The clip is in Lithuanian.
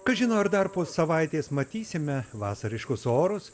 kas žino ar dar po savaitės matysime vasariškus orus